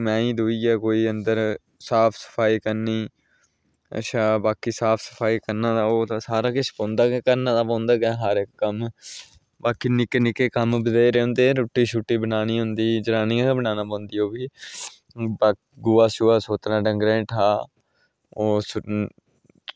मैंही दूइयै कोई अंदर साफ सफाई करनी अच्छा बाकी साफ सफाई करना होग ते सारा किश करना गै पौंदा ऐ एह् सब कम्म बाकी निक्के निक्के कम्म बत्हेरे होंदे रुट्टी बनानी होंदी जनानियें गै बनानी होंदी ओह्बी बाकी गोहा सौतना डंगरें हेठा ओह्